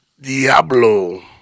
Diablo